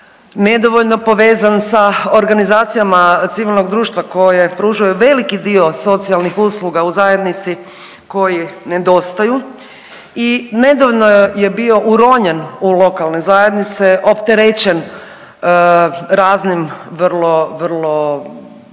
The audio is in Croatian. nedovoljno povezan sa organizacijama civilnog društva koje pružaju veliki dio socijalnih usluga u zajednici koji nedostaju i nedavno je bio uronjen u lokalne zajednice, opterećen raznim vrlo, vrlo,